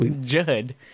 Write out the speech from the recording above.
Judd